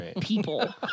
people